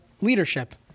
leadership